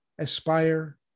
aspire